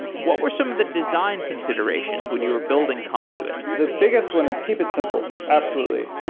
what were some of the design considerations when you were building conduit? the biggest one is keep it simple. absolutely.